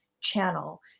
channel